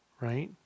right